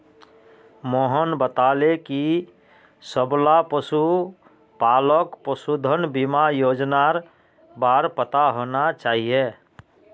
मोहन बताले कि सबला पशुपालकक पशुधन बीमा योजनार बार पता होना चाहिए